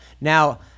Now